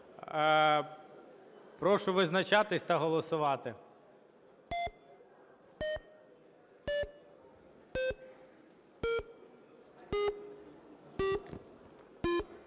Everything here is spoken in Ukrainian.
Прошу визначатись та голосувати.